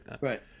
Right